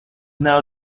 now